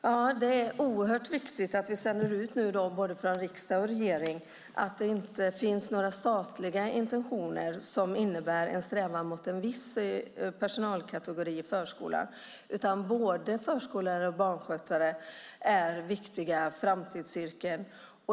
Herr talman! Det är oerhört viktigt att vi sänder ut från både riksdag och regering att det inte finns några statliga intentioner som innebär en strävan efter en viss personalkategori i förskolan. Både förskollärare och barnskötare är viktiga framtidsyrken.